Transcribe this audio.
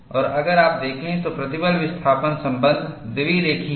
और अगर आप देखें तो प्रतिबल विस्थापन संबंध द्विरेखीय है